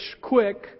quick